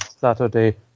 Saturday